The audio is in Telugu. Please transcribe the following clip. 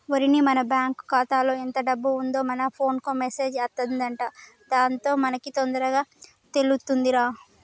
ఓరిని మన బ్యాంకు ఖాతాలో ఎంత డబ్బు ఉందో మన ఫోన్ కు మెసేజ్ అత్తదంట దాంతో మనకి తొందరగా తెలుతుందిరా